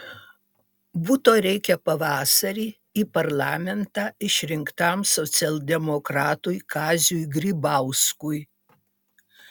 buto reikia pavasarį į parlamentą išrinktam socialdemokratui kaziui grybauskui